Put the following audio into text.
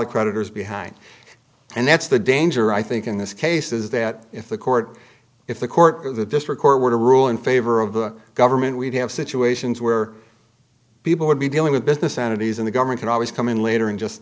the creditors behind and that's the danger i think in this case is that if the court if the court or the district court were to rule in favor of the government we'd have situations where people would be dealing with business entities in the government can always come in later in just